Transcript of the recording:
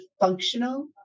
functional